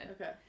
Okay